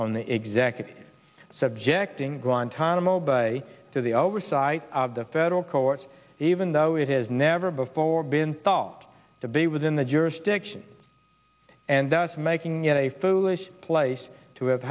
on the executive subjecting guantanamo bay to the oversight of the federal courts even though it has never before been thought to be within the jurisdiction and thus making it a foolish place to have